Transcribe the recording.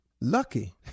Lucky